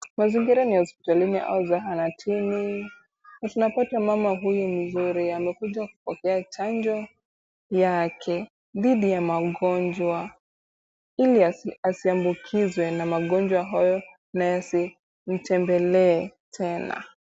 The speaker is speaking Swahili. Mazingira ni ya hospitalini au zahanatini. Tunapata mama huyu mzuri amekuja kupokea chanjo yake dhidi ya magonjwa ili asiambukizwe na magonjwa hayo na yasimtembelee tena.